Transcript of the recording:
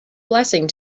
blessing